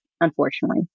unfortunately